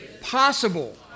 possible